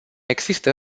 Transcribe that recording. există